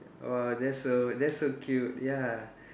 [wah] that's so that's so cute ya